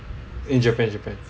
in Japan Japan